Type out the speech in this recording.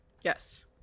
Yes